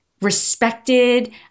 respected